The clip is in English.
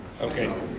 Okay